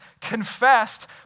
confessed